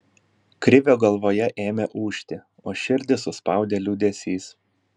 krivio galvoje ėmė ūžti o širdį suspaudė liūdesys